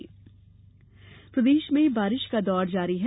मौसम प्रदेश में बारिश का दौर जारी है